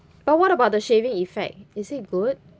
but what about the shaving effect is it good